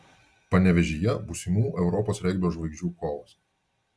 panevėžyje būsimų europos regbio žvaigždžių kovos